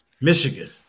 Michigan